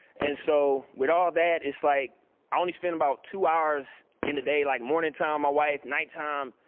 and so with all that, it's like i only spend about two hours in the day, like morning time my wife, nighttime,